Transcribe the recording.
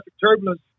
turbulence